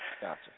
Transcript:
Gotcha